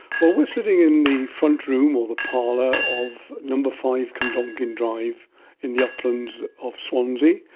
well, we're sitting in the front room or the parlour of number five cwmdonkin drive in the uplands of swansea.